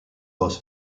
boss